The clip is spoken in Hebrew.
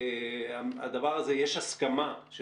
שיש הסכמה של